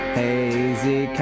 hazy